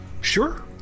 Sure